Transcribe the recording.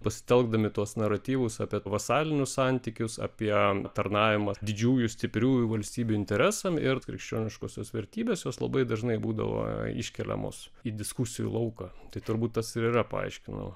pasitelkdami tuos naratyvus apie vasalinius santykius apie tarnavimą didžiųjų stipriųjų valstybių interesam ir krikščioniškosios vertybės jos labai dažnai būdavo iškeliamos į diskusijų lauką tai turbūt tas ir yra paaiškinama